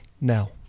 now